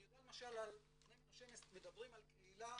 אני יודע למשל על בני מנשה, מדברים על קהילה